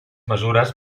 mesures